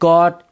God